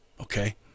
okay